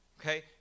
Okay